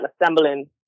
assembling